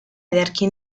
ederki